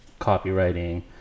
copywriting